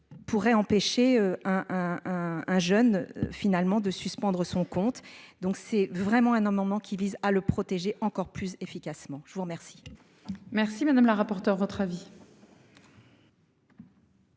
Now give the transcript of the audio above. Pourrait empêcher un un jeune finalement de suspendre son compte. Donc c'est vraiment un amendement qui vise à le protéger encore plus efficacement. Je vous remercie. Merci madame la rapporteure votre avis.